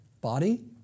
body